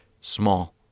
Small